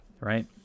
right